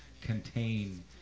contain